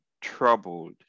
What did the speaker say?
troubled